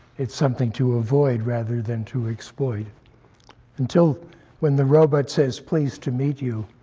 it's something to avoid rather than to exploit until when the robot says, pleased to meet you